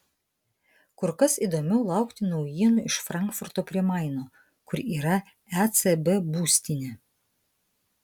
kur kas įdomiau laukti naujienų iš frankfurto prie maino kur yra ecb būstinė